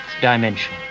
dimension